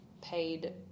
paid